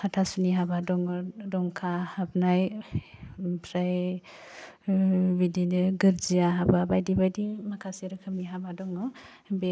हाथासुनि हाबा दङ दंखा हाबनाय ओमफ्राय उम बिदिनो गोर्जिया हाबा बायदि बायदि माखासे रोखोमनि हाबा दङ बे